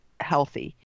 healthy